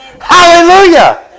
Hallelujah